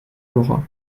l’aura